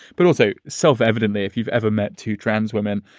but also, self-evidently, if you've ever met two trans women,